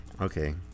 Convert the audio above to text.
Okay